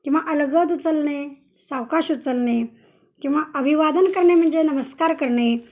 किंवा अलगद उचलणे सावकाश उचलणे किंवा अभिवादन करणे म्हणजे नमस्कार करणे